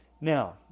Now